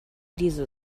diese